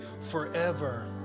forever